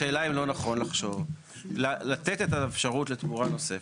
השאלה היא אם לא נכון לחשוב לתת את האפשרות לתמורה נוספת.